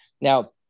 Now